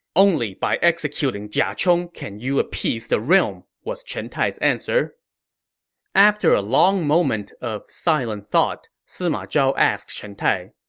only by executing jia chong can you appease the realm, was chen tai's answer after a long moment of silent thought, sima zhao asked chen tai,